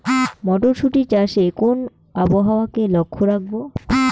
মটরশুটি চাষে কোন আবহাওয়াকে লক্ষ্য রাখবো?